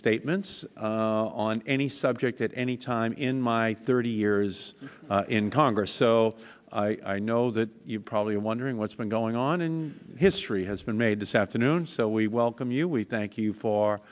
statements on any subject at any time in my thirty years in congress so i know that you're probably wondering what's been going on in history has been made this afternoon so we welcome you we thank you for